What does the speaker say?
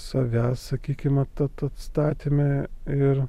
savęs sakykim at at atstatyme ir